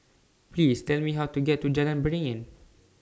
Please Tell Me How to get to Jalan Beringin